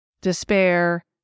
despair